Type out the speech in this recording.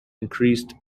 increased